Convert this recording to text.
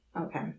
Okay